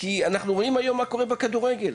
אנחנו רואים מה קורה היום בכדורגל.